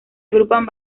agrupan